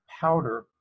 powder